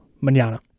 manana